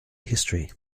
history